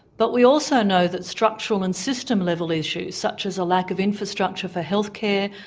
but we also know that structural and system level issues such as a lack of infrastructure for healthcare,